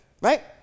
right